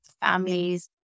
families